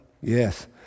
yes